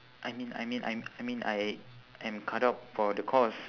I mean I mean I I mean I am cut out for the course